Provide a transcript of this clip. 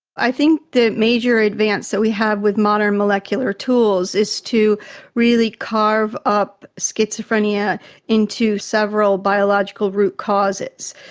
i think the major advance that we have with modern molecular tools is to really carve up schizophrenia into several biological root causes.